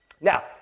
Now